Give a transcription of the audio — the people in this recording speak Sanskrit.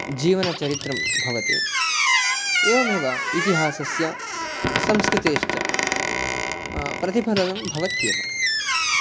जीवनचरित्रं भवति एवमेव इतिहासस्य संस्कृतेश्च प्रतिफलनं भवत्येव